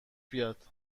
بیاد